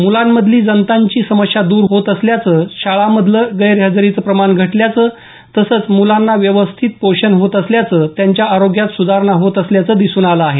मुलांमधली जंतांची समस्या दूर होत असल्यानं शाळामधल गैरहजेरीच प्रमाण घटल्याचं तसंच मुलांना व्यवस्थित पोषण होत असल्यानं त्यांच्या आरोग्यात सुधारणा होत असल्याचं दिसून आलं आहे